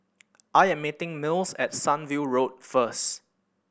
I am meeting Mills at Sunview Road first